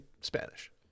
Spanish